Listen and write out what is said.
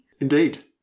Indeed